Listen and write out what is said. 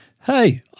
Hey